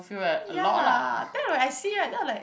ya then when I see right then I like